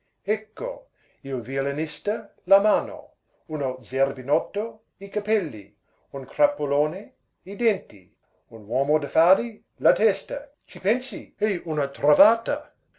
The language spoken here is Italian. ecco il violinista la mano uno zerbinotto i capelli un crapulone i denti un uomo d'affari la testa ci pensi è una trovata